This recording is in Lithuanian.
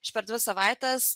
per dvi savaites